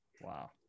Wow